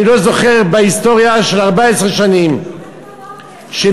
אני לא זוכר בהיסטוריה של 14 שנים חמש בבוקר.